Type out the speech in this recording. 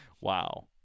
Wow